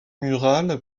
murale